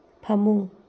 ꯐꯃꯨꯡ